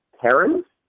parents